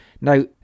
Now